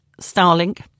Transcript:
Starlink